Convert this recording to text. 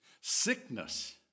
sickness